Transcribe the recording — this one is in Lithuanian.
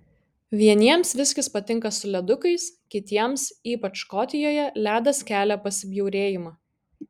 vieniems viskis patinka su ledukais kitiems ypač škotijoje ledas kelia pasibjaurėjimą